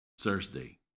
Thursday